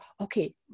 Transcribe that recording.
okay